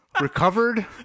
recovered